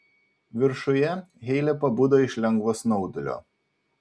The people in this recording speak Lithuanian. viršuje heile pabudo iš lengvo snaudulio